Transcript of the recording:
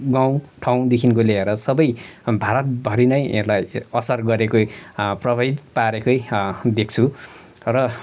गाउँ ठाउँदेखिको लिएर सबै भारतभरि नै यसलाई असर गरेको प्रभावित पारेकै देख्छु र